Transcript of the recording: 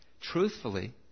Truthfully